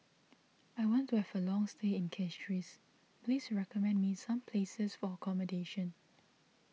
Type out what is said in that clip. I want to have a long stay in Castries please recommend me some places for accommodation